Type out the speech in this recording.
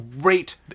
great